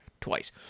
twice